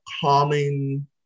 calming